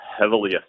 heavily